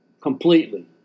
completely